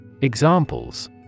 Examples